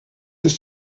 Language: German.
ist